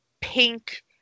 pink